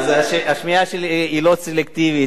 היתה לך שמיעה סלקטיבית.